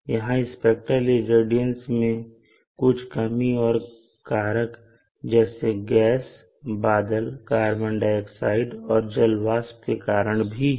यहां spectral irradiance में कमी कुछ और कारक जैसे गैस बादल कार्बन डाइऑक्साइड और जलवाष्प के करण भी है